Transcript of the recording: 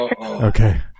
Okay